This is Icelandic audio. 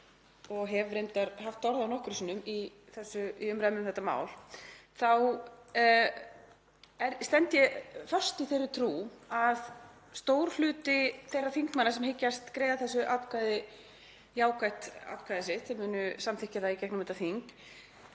og hef reyndar haft orð á nokkrum sinnum í umræðunni um þetta mál, þá stend ég föst í þeirri trú að stór hluti þeirra þingmanna sem hyggst greiða þessu jákvætt atkvæði sitt, mun samþykkja það í gegnum þetta þing,